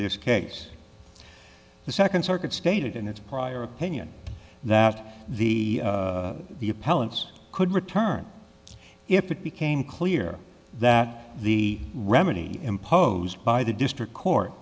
this case the second circuit stated in its prior opinion that the the appellant's could return if it became clear that the remedy imposed by the district co